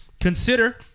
consider